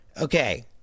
Okay